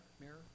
mirror